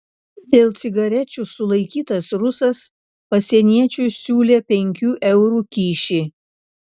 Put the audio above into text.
dėl cigarečių sulaikytas rusas pasieniečiui siūlė penkių eurų kyšį